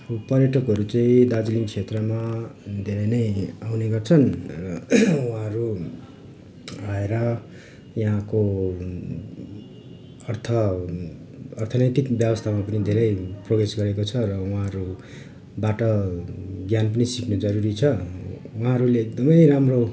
पर्याटकहरू चाहिँ दार्जिलिङ क्षेत्रमा धेरै नै आउने गर्छन् र उहाँहरू आएर यहाँको अर्थ अर्थनैतिक व्यवस्थामा पनि धेरै प्रवेश गरेको छ र उहाँहरूबाट ज्ञान पनि सिक्नु जरूरी छ उहाँहरूले एकदमै राम्रो